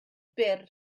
byr